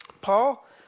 Paul